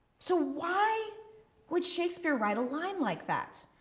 so why would shakespeare write a line like that?